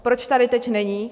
Proč tady teď není?